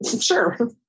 sure